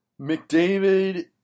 McDavid